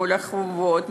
מול החובות,